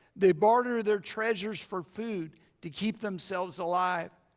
they barter their treasures for food to keep themselves alive.